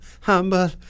humble